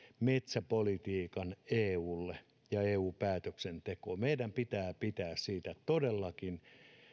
metsäpolitiikan eulle ja eu päätöksentekoon meidän pitää pitää siitä todellakin